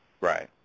Right